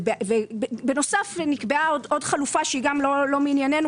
בנוסף נקבעה עוד חלופה שהיא גם לא מענייננו.